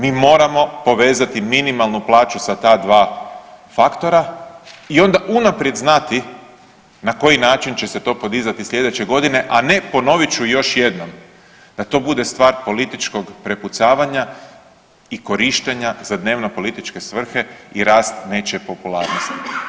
Mi moramo povezati minimalnu plaću sa ta dva faktora i onda unaprijed znati na koji način će se to podizati sljedeće godine, a ne ponovit ću još jednom, da to bude stvar političkog prepucavanja i korištenja za dnevno političke svrhe i rast nečije popularnosti.